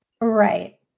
Right